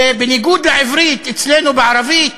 ובניגוד לעברית, אצלנו בערבית